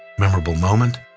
memorable moment?